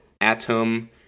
atom